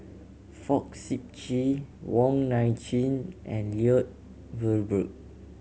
Fong Sip Chee Wong Nai Chin and Lloyd Valberg